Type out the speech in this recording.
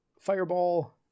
fireball